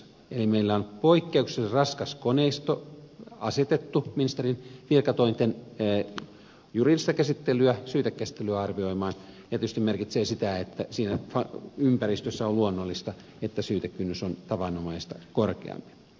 eli meillä on poikkeuksellisen raskas koneisto asetettu ministerin virkatointen juridista käsittelyä syytekäsittelyä arvioimaan ja se tietysti merkitsee sitä että siinä ympäristössä on luonnollista että syytekynnys on tavanomaista korkeampi